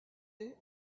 est